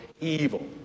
evil